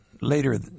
later